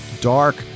dark